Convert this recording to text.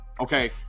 okay